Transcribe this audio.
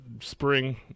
spring